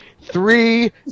three